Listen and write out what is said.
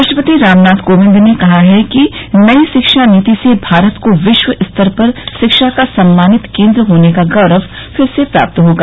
राष्ट्रपति रामनाथ कोविंद ने कहा है कि नई शिक्षा नीति से भारत को विश्वस्तर पर शिक्षा का सम्मानित केन्द्र होने का गौरव फिर से प्राप्त होगा